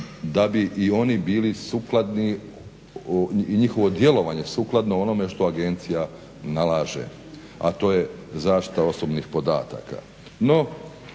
da bi i oni bili sukladni i njihovo djelovanje sukladno onome što agencija nalaže, a to je zaštita osobnih podataka.